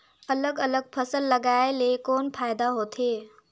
अलग अलग फसल लगाय ले कौन फायदा होथे?